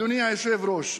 אדוני היושב-ראש,